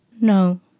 No